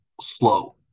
slow